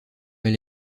elle